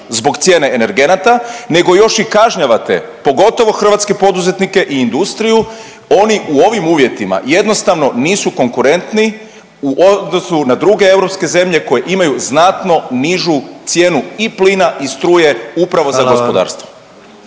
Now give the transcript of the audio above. zbog cijene energenata, nego još ih kažnjavate pogotovo hrvatske poduzetnike i industriju. Oni u ovim uvjetima jednostavno nisu konkurentni u odnosu na druge europske zemlje koje imaju znatno nižu cijenu i plina i struje upravo za gospodarstvo.